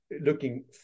looking